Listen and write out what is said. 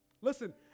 listen